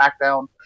SmackDown